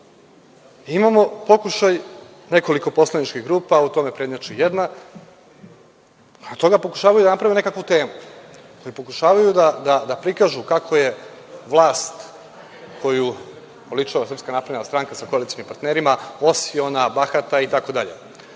imamo pokušaj nekoliko poslaničkih grupa, a u tome prednjači jedna, a od toga pokušavaju da naprave nekakvu temu, koji pokušavaju da prikažu kako je vlast koju oličava SNS sa koalicionim partnerima, osiona, bahata itd.